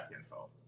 info